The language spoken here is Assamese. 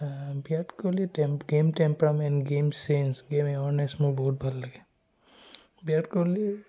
বিৰাট কোহলিৰ temp game temperament game sense game awareness মোৰ বহুত ভাল লাগে বিৰাট কোহলিৰ